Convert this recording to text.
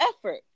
effort